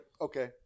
Okay